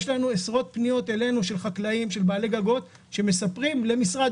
יש עשרות פניות אלינו של חקלאים ושל בעלי גגות שמספרים למשרד